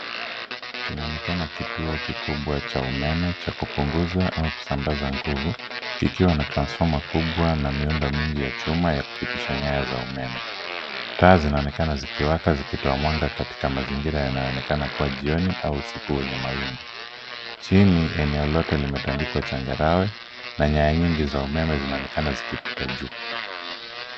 Kinaonekana kituo kikubwa cha umeme cha kupunguza au kusambaza nguvu, kikiwa na transformer kubwa na miundo mingine ya chuma ya kupitisha nyaya za umeme. Taa zinaonekana zikiwaka zikitoa mwanga katika mazingira yanayoonekana kuwa jioni au usiku wenye mawingu. Chini, eleo lote limetandikwa changarawe na nyaya nyingi za umeme zinaonekana zikipita juu.